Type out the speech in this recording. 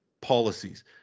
policies